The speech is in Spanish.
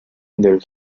del